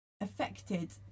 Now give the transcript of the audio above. affected